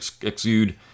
exude